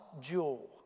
jewel